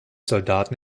soldaten